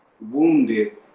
wounded